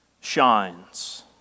shines